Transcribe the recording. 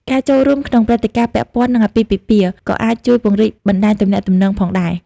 ការចូលរួមក្នុងព្រឹត្តិការណ៍ពាក់ព័ន្ធនឹងអាពាហ៍ពិពាហ៍ក៏អាចជួយពង្រីកបណ្តាញទំនាក់ទំនងផងដែរ។